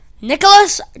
Nicholas